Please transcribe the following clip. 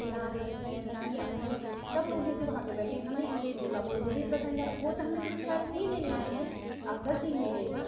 प्रधानमन्त्री हैं C M होएँ सब लोग जैसे वहाँ पर बैठे हैं हमने इस्पीच बोला अब उनको भी पसंद आया वह तो हमें पुरस्कार नहीं देने आएँगे अदर से ही मिलेगा